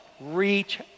Reach